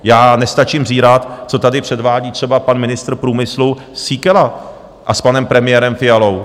Já nestačím zírat, co tady předvádí třeba pan ministr průmyslu Síkela s panem premiérem Fialou.